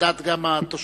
גם על דעת התושבים.